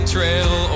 Trail